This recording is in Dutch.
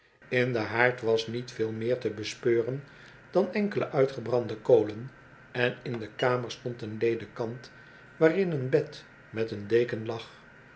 in den haard was niet veel meer te bespeuren dan enkele uitgebrande kolen en in de kam er stond een ledekant waarin een bed met een deken lag